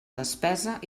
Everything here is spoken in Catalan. despesa